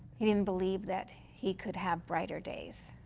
he didn't believe that he could have brighter days.